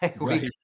Right